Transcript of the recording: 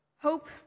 Hope